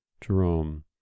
Jerome